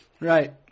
Right